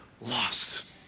lost